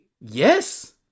Yes